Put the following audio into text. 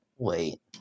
Wait